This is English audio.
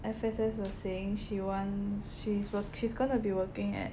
Esther was saying she wants she's she's gonna be working at